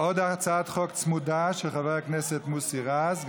עוד הצעת חוק צמודה, של חבר הכנסת מוסי רז.